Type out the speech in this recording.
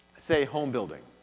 say home building.